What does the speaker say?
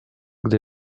gdy